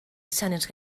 izanez